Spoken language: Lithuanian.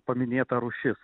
paminėta rūšis